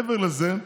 מעבר לזה,